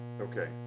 Okay